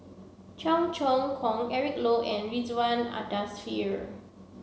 Cheong Choong Kong Eric Low and Ridzwan a Dzafir